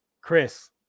Chris